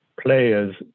players